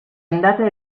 andata